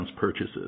purchases